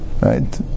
Right